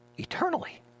eternally